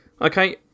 Okay